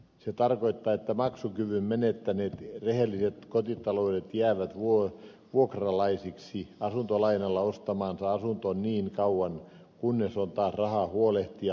se tarkoittaa että maksukyvyn menettäneet rehelliset kotitaloudet jäävät vuokralaisiksi asuntolainalla ostamaansa asuntoon niin kauan kunnes on taas rahaa huolehtia lainanlyhennyksistä